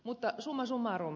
mutta summa summarum